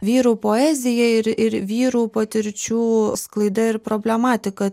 vyrų poezija ir ir vyrų patirčių sklaida ir problematika